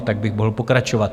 A tak bych mohl pokračovat.